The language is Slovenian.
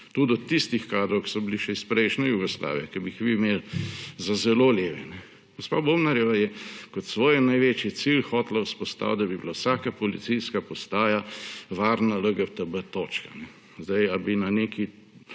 Tudi do tistih kadrov, ki so bili še iz prejšnje Jugoslavije, ki bi jih vi imeli za zelo leve. Gospa Bobnar je kot svoj največji cilj hotela vzpostaviti, da bi bila vsaka policijska postaja varna LGTB-točka. Ali bi na neki